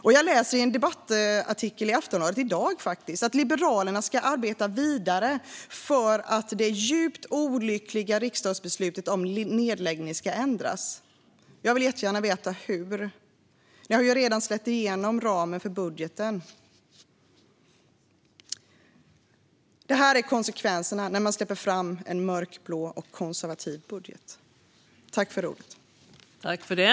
Och jag läser i en debattartikel i Aftonbladet i dag att Liberalerna ska arbeta vidare för att det djupt olyckliga riksdagsbeslutet om nedläggning ska ändras. Jag vill gärna veta hur. Ni har ju redan släppt igenom ramen för budgeten. Det här är konsekvenserna när man släpper fram en mörkblå konservativ budget.